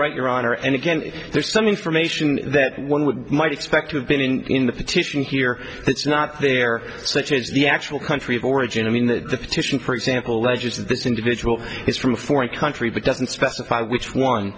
right your honor and again there's some information that one would might expect to have been in the petition here that's not there such as the actual country of origin i mean the petition for example ledgers this individual is from a foreign country but doesn't specify which one